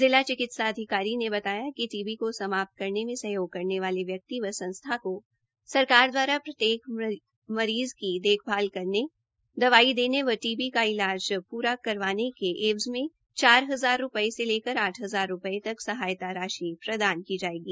जिला चिकित्सा अधिकारी ने बताया कि टी बी को समाप्त करने मे सहयोग करने वाले व्यक्ति व संस्था को सरकार दवारा प्रत्येक मरीज़ की देखभाल करने दवाई देने व टी बी का इलाज प्रा करवाने के एवज़ में चार हजार रूपये से लेकर आठ हजार रूपये तक सहायता राशि प्रदान की जायेगी